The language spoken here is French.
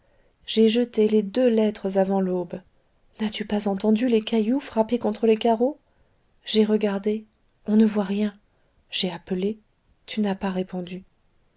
j'ai jeté les deux lettres avant l'aube n'as-tu pas entendu les cailloux frapper contre les carreaux j'ai regardé on ne voit rien j'ai appelé tu n'as pas répondu